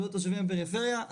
בריאות התושבים בפריפריה.